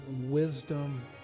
wisdom